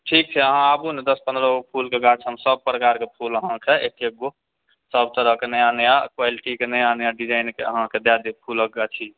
ठीक छै अहाँ आबु ने दश पन्द्रह गो फूलके गाछ हम सब प्रकारकेँ फूल अहाँकेँ एक एक गो सब तरहकेँ नया नया क्वालिटीके नया नया डिजाइनके अहाँकेँ दय देब फूलक गाछी